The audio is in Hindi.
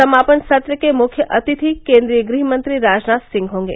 समापन सत्र के मुख्य अतिथि केन्द्रीय गृह मंत्री राजनाथ सिंह होंगे